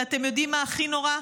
ואתם יודעים מה הכי נורא?